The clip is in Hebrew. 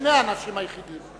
שני האנשים היחידים,